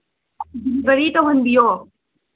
delivery ꯇꯧꯍꯟꯕꯤꯌꯣ